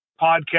podcast